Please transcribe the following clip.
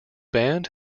band